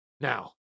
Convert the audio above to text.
Now